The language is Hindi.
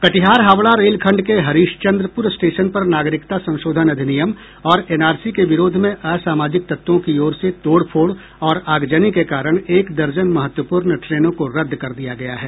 कटिहार हावड़ा रेलखंड के हरीशचंद्रपुर स्टेशन पर नागरिकता संशोधन अधिनियम और एनआरसी के विरोध में असमाजिक तत्वों की ओर से तोड़ फोड़ और आगजनी के कारण एक दर्जन महत्वपूर्ण ट्रेनों को रद्द कर दिया गया है